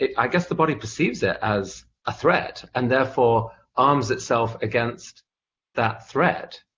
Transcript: i guess, the body perceives it as a threat, and therefore arms itself against that threat,